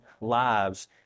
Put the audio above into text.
lives